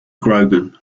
grogan